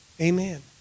Amen